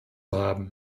haben